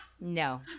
No